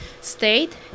state